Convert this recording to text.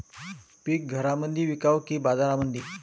पीक घरामंदी विकावं की बाजारामंदी?